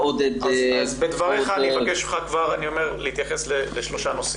בדבריך, אני מבקש להתייחס לשלושה נושאים.